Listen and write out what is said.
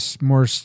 more